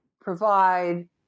provide